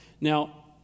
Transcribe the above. Now